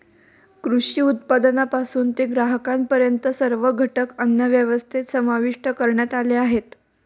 कृषी उत्पादनापासून ते ग्राहकांपर्यंत सर्व घटक अन्नव्यवस्थेत समाविष्ट करण्यात आले आहेत